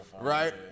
right